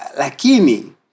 Lakini